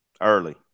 early